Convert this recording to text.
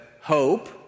hope